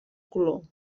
color